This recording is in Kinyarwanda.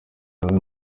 nawe